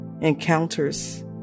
Encounters